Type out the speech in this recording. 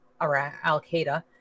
Al-Qaeda